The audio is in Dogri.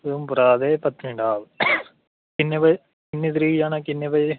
उधमपुरा ते पत्नीटाप किन्ने बजे किन्नी तरीक जाना ते किन्ने बजे